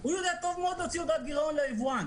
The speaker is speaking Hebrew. הוא יודע טוב מאוד להוציא הודעת גירעון ליבואן.